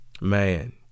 man